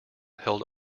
held